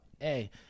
Hey